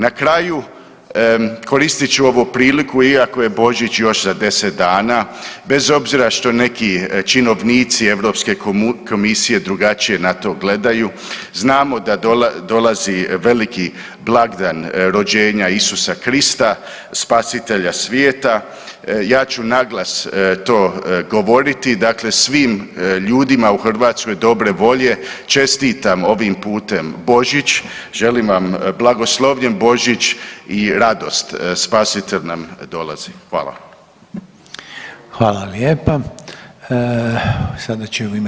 Na kraju koristit ću ovu priliku iako je Božić još za 10 dana, bez obzira što neki činovnici Europske komisije drugačije na to gledaju, znamo da dolazi veliki blagdan rođenja Isusa Krista, Spasitelja svijeta, ja ću naglas to govoriti, dakle svim ljudima u Hrvatskoj dobre volje čestitam ovim putem Božić, želim vam blagoslovljen Božić i radost, Spasitelj na dolazi.